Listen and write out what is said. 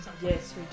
Yes